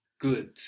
Good